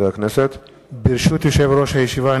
ברשות יושב-ראש הישיבה,